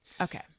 Okay